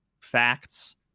facts